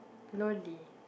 Loli